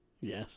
Yes